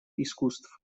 искусств